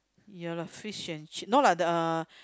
ya lah fish and chip no lah the uh